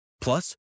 Plus